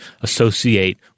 associate